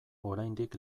oraindik